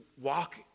walk